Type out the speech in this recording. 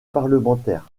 parlementaire